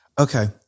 Okay